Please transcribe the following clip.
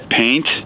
paint